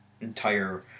entire